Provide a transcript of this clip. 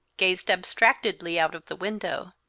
gazed abstractedly out of the window.